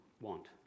want